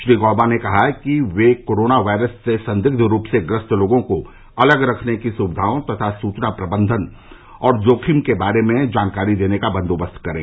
श्री गॉबा ने राज्यों से कहा कि वे कोरोना वायरस से संदिग्ध रूप से ग्रस्त लोगों को अलग रखने की सुविधाओं तथा सुचना प्रबंधन और जोखिम के बारे में जानकारी देने का बन्दोबस्त करें